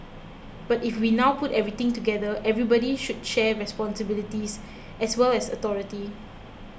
but if we now put everything together everybody should share responsibilities as well as authority